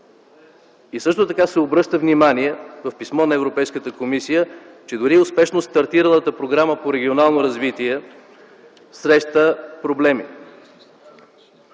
Също така се обръща внимание в писмо на Европейската комисия, че дори успешно стартиралата Програма по регионално развитие среща проблеми.